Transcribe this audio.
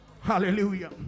Hallelujah